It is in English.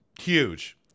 huge